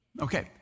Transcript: Okay